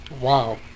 Wow